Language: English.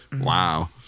Wow